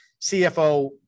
CFO